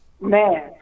Man